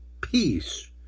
peace